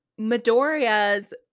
Midoriya's